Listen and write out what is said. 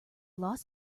loss